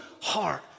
heart